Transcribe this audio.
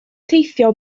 teithio